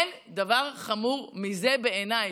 אין דבר חמור מזה בעיניי.